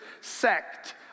sect